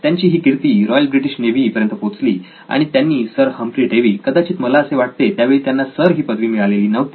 त्यांची ही कीर्ती रॉयल ब्रिटिश नेव्ही पर्यंत पोचली आणि त्यांनी सर हम्फ्री डेवी कदाचित मला असे वाटते त्यावेळी त्यांना सर ही पदवी मिळालेली नव्हती